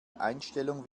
einstellung